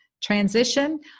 transition